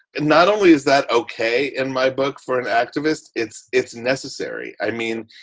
and not only is that ok in my book, for an activist, it's it's necessary. i mean,